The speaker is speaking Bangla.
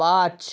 পাঁচ